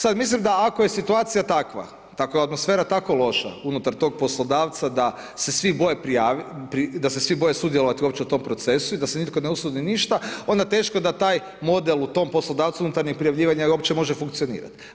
Sada mislim da ako je situacija takva i ako je atmosfera tako loša unutar tog poslodavca da se svi boje prijaviti, da se svi boje sudjelovati uopće u tom procesu i da se nitko ne usudi ništa onda teško da taj model u tom poslodavcu unutarnjeg prijavljivanja uopće može funkcionirati.